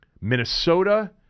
Minnesota